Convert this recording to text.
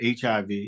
HIV